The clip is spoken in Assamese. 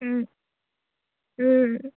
ও ও